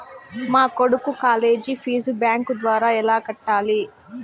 మా కొడుకు college fee bank ద్వారా ఎలా కట్టాలి?